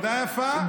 עבודה יפה.